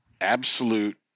absolute